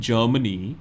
Germany